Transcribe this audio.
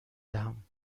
دهم